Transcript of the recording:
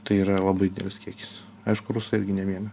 tai yra labai didelis kiekis aišku rusai irgi nemiega